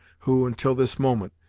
who, until this moment,